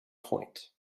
point